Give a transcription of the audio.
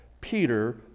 Peter